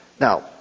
Now